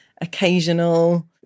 occasional